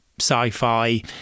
sci-fi